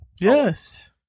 Yes